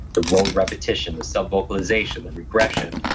the rote repetition the sub vocalization, the regression,